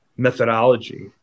methodology